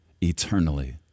eternally